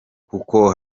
kuko